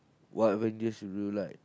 what Avengers do you like